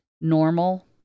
Normal